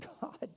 God